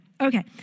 Okay